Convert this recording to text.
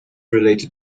related